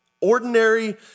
Ordinary